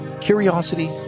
Curiosity